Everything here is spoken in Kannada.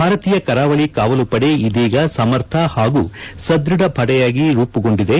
ಭಾರತೀಯ ಕರಾವಾಳಿ ಕಾವಲುಪಡೆ ಇದೀಗ ಸಮರ್ಥ ಹಾಗೂ ಸದ್ವಧ ಪಡೆಯಾಗಿ ರೂಪುಗೊಂಡಿದೆ